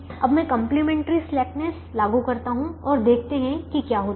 अब मैं complementary slackness लागू करता हूं और देखते हैं कि क्या होता है